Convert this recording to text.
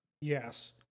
Yes